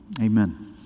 amen